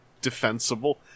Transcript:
defensible